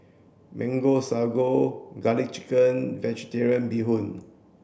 mango sago garlic chicken vegetarian bee hoon